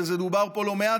וזה דובר פה לא מעט,